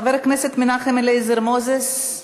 חבר הכנסת מנחם אליעזר מוזס,